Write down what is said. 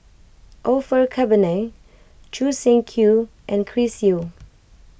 Orfeur Cavenagh Choo Seng Quee and Chris Yeo